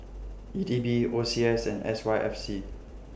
E D B O C S and S Y F C